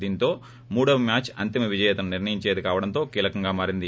దీంతో మూడవ మ్యాచ్ అంతిమ విజేతను నిర్ణయించేది కావడంతో కీలకంగా మారింది